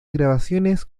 grabaciones